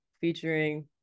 featuring